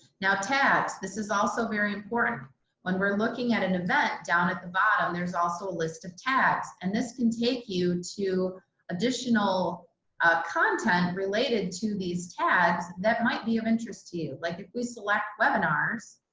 now tags, this is also very important when we're looking at an event down at the bottom, there's also a list of tags and this can take you to additional content related to these tags that might be of interest to you. like we select webinars.